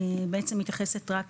בעצם מתייחסת רק